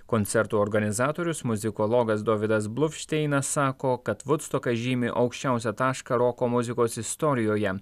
koncertų organizatorius muzikologas dovydas bluvšteinas sako kad vudstokas žymi aukščiausią tašką roko muzikos istorijoje